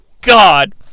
God